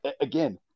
again